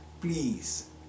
please